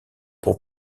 pour